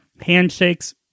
handshakes